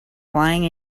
flying